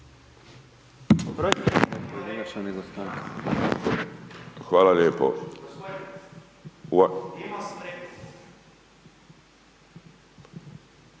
Hvala lijepo.